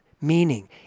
meaning